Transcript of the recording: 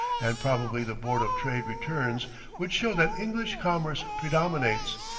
and probably the board of trade returns would show that english commerce predominates,